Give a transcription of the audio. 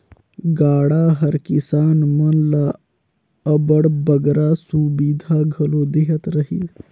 गाड़ा हर किसान मन ल अब्बड़ बगरा सुबिधा घलो देहत रहिस